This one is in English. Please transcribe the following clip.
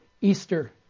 Easter